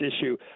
issue